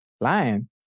Lying